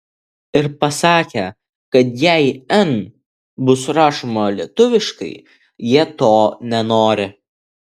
ir pasakė kad jei n bus rašoma lietuviškai jie to nenori